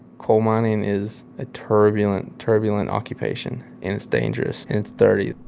coal mining is a turbulent, turbulent occupation. and it's dangerous. and it's dirty.